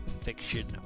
Fiction